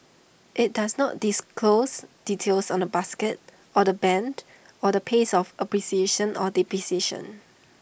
IT does not disclose details on the basket or the Band or the pace of appreciation or depreciation